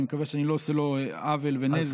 אני מקווה שאני לא עושה לו עוול ונזק,